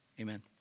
Amen